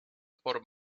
por